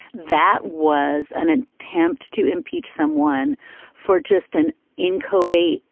that was an an attempt to impeach someone for just and in kuwait,